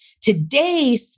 Today